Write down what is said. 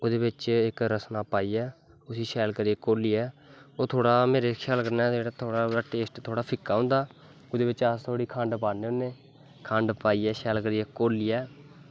ओह्दे बिच्च इक रस्ना पाइयै उस्सी शैल करियै घोलियै ओह् थोह्ड़ा मेरे ख्याल कन्नै थोह्ड़ा थोह्ड़ा टेस्ट थोह्ड़ा फिक्का होंदा ओह्दे बिच्च अस थोह्ड़ी खंड पान्ने होने खंड पाइयै शैल करियै घोलियै